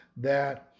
That